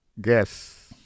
guess